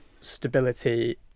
stability